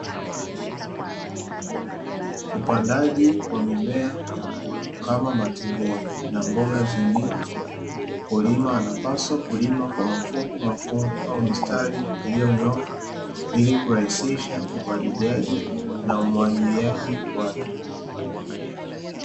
Upandaji wa mimea ya kula kama matembere na mboga zingine, mkulima anapaswa kulima kwa mafungu mafungu kwa mistari iliyonyooka, ili kurahisisha upaliliaji na umwagiliaji wake.